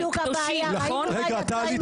איך קוראים להם?